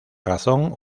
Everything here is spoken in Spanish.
razón